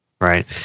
Right